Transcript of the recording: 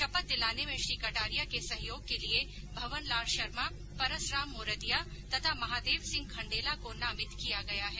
शपथ दिलाने में श्री कटारिया के सहयोग के लिये भवर लाल शर्मा परसराम मोरदिया तथा महादेव सिंह खण्डेला को नामित किया गया है